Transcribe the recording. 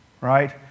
right